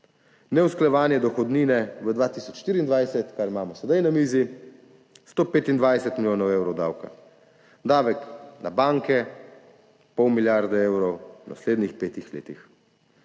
Neusklajevanje dohodnine v 2024, kar imamo sedaj na mizi – 125 milijonov evrov davka. Davek na banke – pol milijarde evrov v naslednjih petih letih.